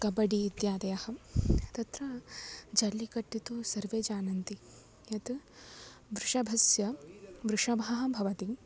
कबडि इत्यादयः तत्र जल्लिकट्टु तु सर्वे जानन्ति तत् वृषभस्य वृषभाः भवन्ति